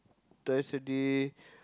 twice a day